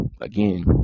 again